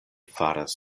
faras